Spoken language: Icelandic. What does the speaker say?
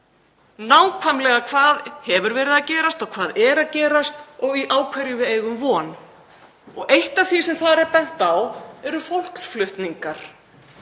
nákvæmlega hvað hefur verið að gerast og hvað er að gerast og á hverju við eigum von. Eitt af því sem þar er bent á eru fólksflutningar.